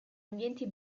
ambienti